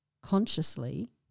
consciously